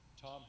Tom